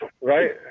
right